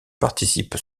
participe